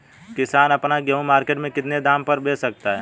किसान अपना गेहूँ मार्केट में कितने दाम में बेच सकता है?